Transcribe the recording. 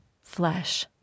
flesh